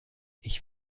ich